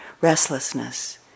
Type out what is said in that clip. restlessness